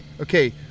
Okay